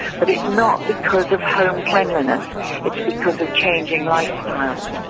but it's not because of home cleanliness it's because of changing lifestyles.